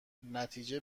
نتیجه